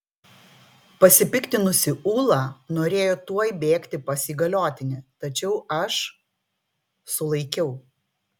pasipiktinusi ula norėjo tuoj bėgti pas įgaliotinį tačiau aš sulaikiau